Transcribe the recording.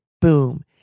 boom